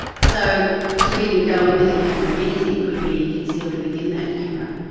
so to even go in with a camera anything could be concealed within that camera.